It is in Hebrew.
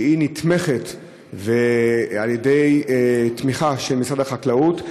שהיא נתמכת על-ידי משרד החקלאות,